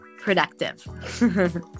productive